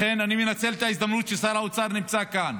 לכן אני מנצל את ההזדמנות ששר האוצר נמצא כאן: